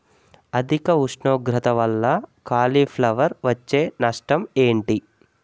అధిక ఉష్ణోగ్రత వల్ల కాలీఫ్లవర్ వచ్చే నష్టం ఏంటి?